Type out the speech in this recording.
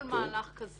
מה האיזון פה?